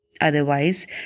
Otherwise